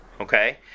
Okay